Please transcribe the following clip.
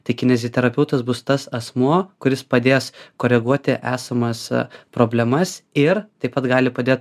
tai kineziterapeutas bus tas asmuo kuris padės koreguoti esamas problemas ir taip pat gali padėt